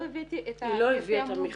לא הבאתי את -- היא לא הביאה את המכרז.